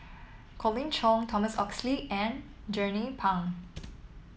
Colin Cheong Thomas Oxley and Jernnine Pang